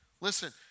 Listen